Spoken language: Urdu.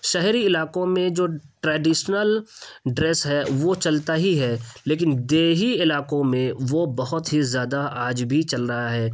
شہری علاقوں میں جو ٹریڈشنل ڈریس ہے وہ چلتا ہی ہے لیکن دیہی علاقوں میں وہ بہت ہی زیادہ آج بھی چل رہا ہے